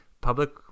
public